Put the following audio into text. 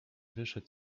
wyszedł